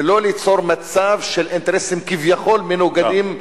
ולא ליצור מצב של אינטרסים כביכול מנוגדים,